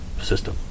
system